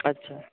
अच्छा